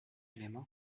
élément